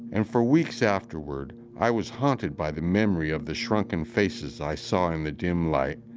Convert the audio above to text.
and for weeks afterward, i was haunted by the memory of the shrunken faces i saw in the dim light.